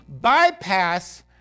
bypass